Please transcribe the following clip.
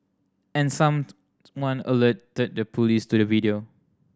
and some one alerted the police to the video